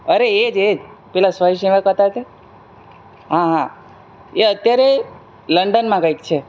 અરે એ જ એ જ પેલા સ્વયંસેવક હતા તે હા હા એ અત્યારે લંડનમાં કંઈક છે